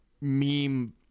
meme